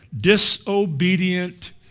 disobedient